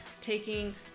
taking